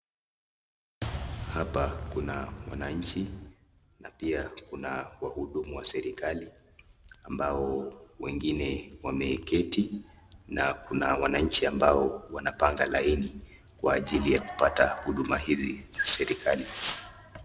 Hapa kuna mwananchi na pia kuna wahudumu wa serikali ambao wengine wameketi na kuna wananchi ambao wanapanga laini kwa ajili ya kupata huduma hizi.